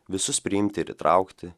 visus priimti ir įtraukti